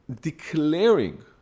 declaring